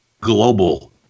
global